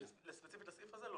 ספציפית לסעיף הזה?